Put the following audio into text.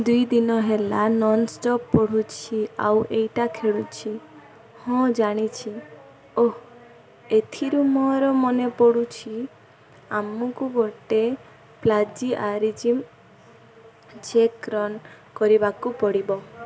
ଦୁଇ ଦିନ ହେଲା ନନ୍ ଷ୍ଟପ୍ ପଢ଼ୁଛି ଆଉ ଏଇଟା ଖେଳୁଛି ହଁ ଜାଣିଛି ଏଥିରୁ ମୋର ମନେ ପଡ଼ୁଛି ଆମକୁ ଗୋଟେ ପ୍ଲାଜିଆରିଜିମ୍ ଚେକ୍ ରନ୍ କରିବାକୁ ପଡ଼ିବ